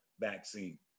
vaccine